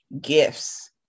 gifts